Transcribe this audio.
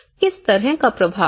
किस तरह का प्रभाव